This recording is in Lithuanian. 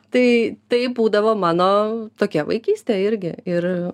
tai tai būdavo mano tokia vaikystė irgi ir